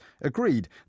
agreed